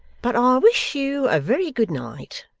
but i wish you a very good night,